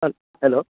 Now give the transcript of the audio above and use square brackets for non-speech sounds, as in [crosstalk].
[unintelligible] hello